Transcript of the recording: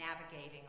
navigating